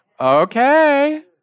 Okay